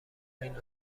این